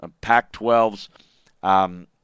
Pac-12's